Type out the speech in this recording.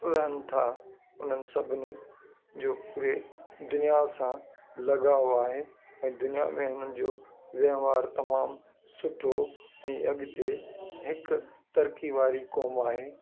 रहनि था उन्हनि सभिनी जो वे दुनिया सां लॻाव आहे ऐं दुनिया में उन्हनि जो वहिंवार तमामु सुठो ऐं अॻिते हिकु तरकी वारी क़ौमु आहे